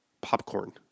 popcorn